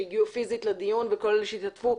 שהגיעו פיזית לדיון וכל אלה שהשתתפו.